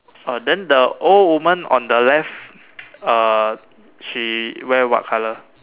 then the old woman on the left uh she wear what colour